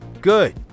Good